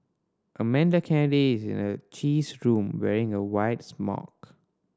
Amanda Kennedy is in her cheese room wearing a white smock